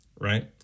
right